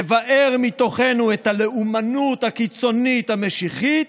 לבער מתוכנו את הלאומנות הקיצונית, המשיחית,